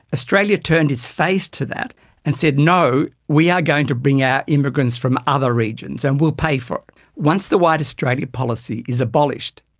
australia turned its face to that and said no, we are going to bring out immigrants from other regions and we will pay for it once the white australia policy is abolished.